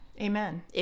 Amen